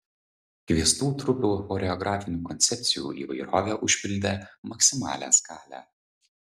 kviestų trupių choreografinių koncepcijų įvairovė užpildė maksimalią skalę